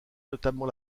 notamment